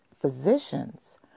physicians